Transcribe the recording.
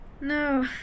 No